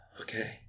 okay